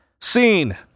Scene